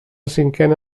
cinquena